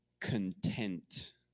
content